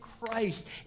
Christ